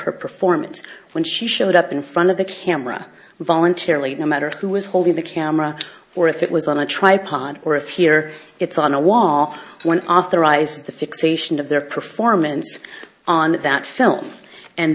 her performance when she showed up in front of the camera voluntarily no matter who was holding the camera or if it was on a tripod or of here it's on a wall one authorizes the fixation of their performance on that film and